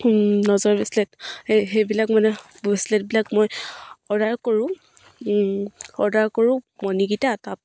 নজৰ বেছলেট সেই সেইবিলাক মানে বেছলেটবিলাক মই অৰ্ডাৰ কৰোঁ অৰ্ডাৰ কৰোঁ মণিকেইটা তাৰপৰা